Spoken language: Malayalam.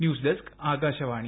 news desk Akashvani